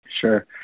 Sure